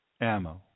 ammo